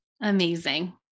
Amazing